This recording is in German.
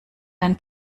dein